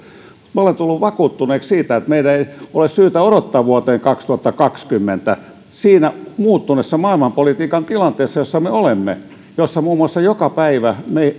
olen tullut vakuuttuneeksi siitä että meidän ei ole syytä odottaa vuoteen kaksituhattakaksikymmentä siinä muuttuneessa maailmanpolitiikan tilanteessa jossa me olemme jossa joka päivä